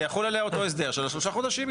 זה אותו הסדר של שלושה חודשים.